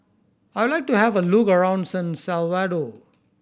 I would like to have a look around San Salvador